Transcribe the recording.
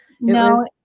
No